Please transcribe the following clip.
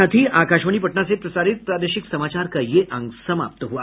इसके साथ ही आकाशवाणी पटना से प्रसारित प्रादेशिक समाचार का ये अंक समाप्त हुआ